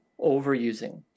overusing